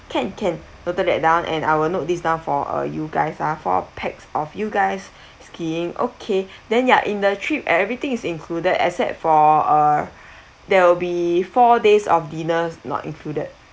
can can total it down and I will note this down for uh you guys ah four pax of you guys skiing okay then ya in the trip everything is included except for uh there will be four days of dinner not included